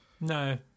No